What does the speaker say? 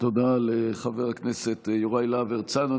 תודה לחבר הכנסת יוראי להב הרצנו.